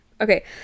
Okay